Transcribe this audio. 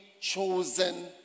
chosen